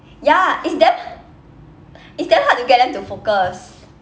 ya it's damn it's damn hard to get them to focus